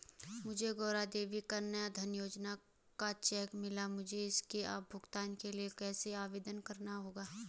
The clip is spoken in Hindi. मुझे गौरा देवी कन्या धन योजना का चेक मिला है मुझे इसके भुगतान के लिए कैसे आवेदन करना होगा?